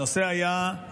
הנושא היה: